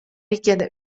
richiede